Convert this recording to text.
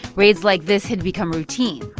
raids like this had become routine.